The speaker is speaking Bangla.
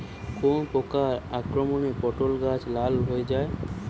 কোন প্রকার আক্রমণে পটল গাছ লাল হয়ে যায়?